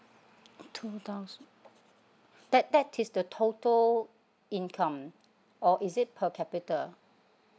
two thousand that that is the total income or is it per capita